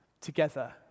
together